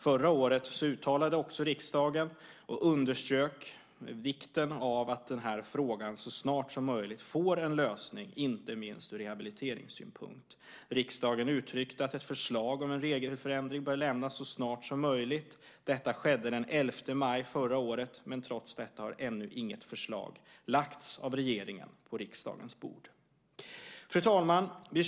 Förra året uttalade också riksdagen och underströk vikten av att den här frågan så snart som möjligt får en lösning, inte minst ur rehabiliteringssynpunkt. Riksdagen uttryckte att ett förslag om en regelförändring bör lämnas så snart som möjligt. Detta skedde den 11 maj förra året. Trots detta har ännu inget förslag lagts av regeringen på riksdagens bord. Fru talman!